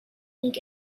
think